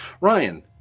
Ryan